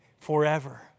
forever